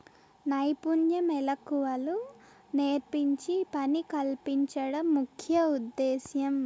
నైపుణ్య మెళకువలు నేర్పించి పని కల్పించడం ముఖ్య ఉద్దేశ్యం